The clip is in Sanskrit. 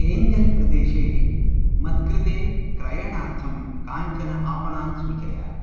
एञ्जल् प्रदेशे मत्कृते क्रयणार्थं काञ्चन आपणान् सूचय